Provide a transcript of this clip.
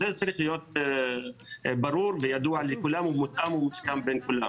זה צריך להיות ברור וידוע לכולם ומותאם ומוסכם בין כולם.